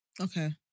Okay